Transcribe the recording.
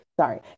Sorry